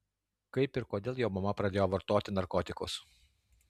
kaip ir kodėl jo mama pradėjo vartoti narkotikus